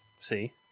See